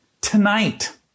tonight